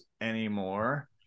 anymore